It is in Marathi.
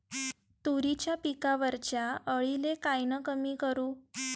तुरीच्या पिकावरच्या अळीले कायनं कमी करू?